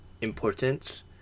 importance